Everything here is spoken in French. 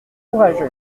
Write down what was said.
courageuse